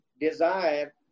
desire